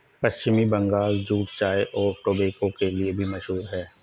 पश्चिम Bangal jute चाय और tobacco के लिए भी मशहूर है